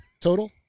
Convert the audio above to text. total